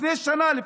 לפני שנה,